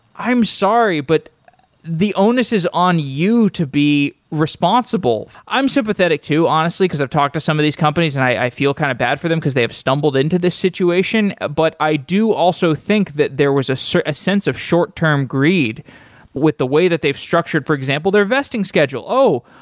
i'm sorry, but the onus is on you to be responsible. i'm sympathetic too, honestly, because i've talked to some of these companies and i feel kind of bad for them because they have stumbled into this situation, but i do also think that there was a so ah sense of short-term greed with the way that they've structured, for example, their vesting schedule, oh!